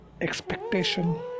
expectation